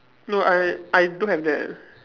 no I I don't have that